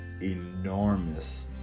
enormous